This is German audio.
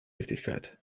wichtigkeit